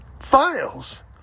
files